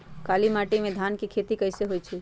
काली माटी में धान के खेती कईसे होइ छइ?